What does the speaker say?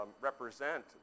represent